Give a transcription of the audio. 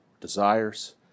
desires